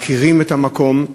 מכירים את המקום,